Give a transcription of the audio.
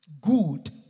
good